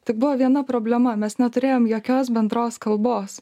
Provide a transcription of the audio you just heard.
tik buvo viena problema mes neturėjom jokios bendros kalbos